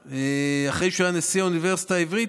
אחרי שהוא היה נשיא האוניברסיטה העברית,